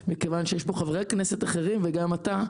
מכיוון שיש פה חברי כנסת אחרים וגם אתה,